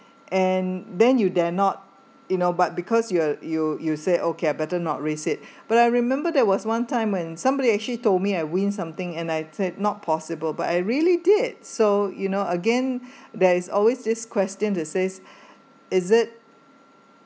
and then you dare not you know but because you are you you say okay I better not risk it but I remember there was one time when somebody actually told me I win something and I said not possible but I really did so you know again there is always this question they says is it